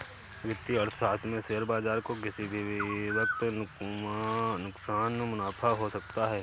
वित्तीय अर्थशास्त्र में शेयर बाजार को किसी भी वक्त नुकसान व मुनाफ़ा हो सकता है